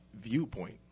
viewpoint